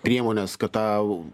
priemonės kad tą